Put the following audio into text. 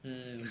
mm